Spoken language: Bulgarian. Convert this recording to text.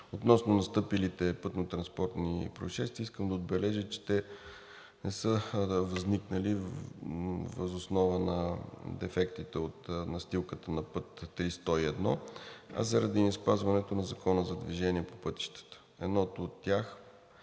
Относно настъпилите пътнотранспортни произшествия, искам да отбележа, че те не са възникнали въз основа на дефектите от настилката на път III-101, а заради неспазването на Закона за движение по пътищата.